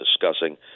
discussing